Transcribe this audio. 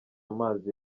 amazi